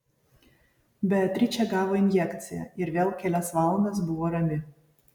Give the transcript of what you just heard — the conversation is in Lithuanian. beatričė gavo injekciją ir vėl kelias valandas buvo rami